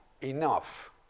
enough